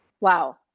Wow